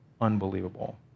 unbelievable